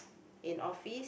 in office